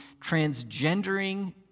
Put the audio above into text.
transgendering